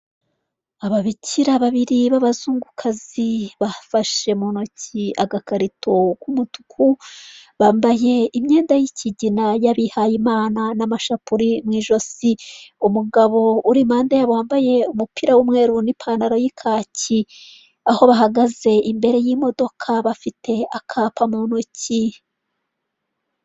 Nyiricyubahiro umuyobozi w'igihugu cy'u Rwanda yambaye ishati y'umweru nipantaro y'umukara mu kiganza cy'iburyo afite icyuma ndangururamajwi ndetse n'agacupa k'amazi kuru ruhande yicaye hagati y'abantu abantu benshi bamuhanze amaso.